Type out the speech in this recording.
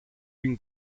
been